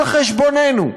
על חשבוננו,